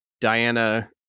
Diana